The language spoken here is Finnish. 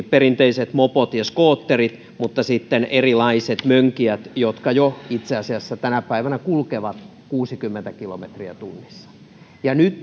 perinteiset mopot ja skootterit mutta sitten myös erilaiset mönkijät jotka itse asiassa jo tänä päivänä kulkevat kuusikymmentä kilometriä tunnissa nyt